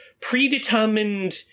predetermined